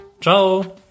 Ciao